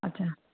अछा